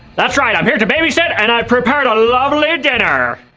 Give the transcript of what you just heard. that's right! i'm here to babysit, and i prepared a lovely dinner.